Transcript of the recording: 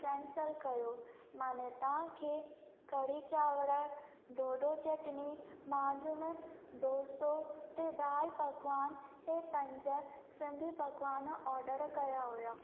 cancel कयो मना तव्हांखे कढ़ी चांवर ॾोढो चटणी माजून ढोसो ते दालि पकवान इहे पंज सिंधी पकवान ऑडर कया हुआ